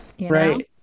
Right